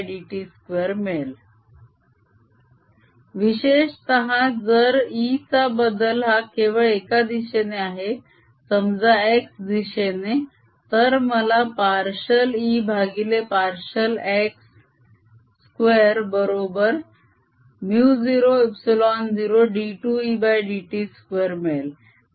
E 2E ∂t00E∂t 2E002Et2 विशेषतः जर E चा बदल हा केवळ एका दिशेने आहे समजा x दिशेने तर मला पार्शिअल E भागिले पार्शिअल x 2 बरोबर μ0ε0 d2Edt2 मिळेल